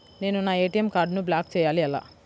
నేను నా ఏ.టీ.ఎం కార్డ్ను బ్లాక్ చేయాలి ఎలా?